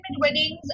weddings